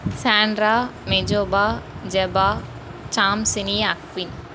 Sandra Mejoba Jeba Samsini Aquin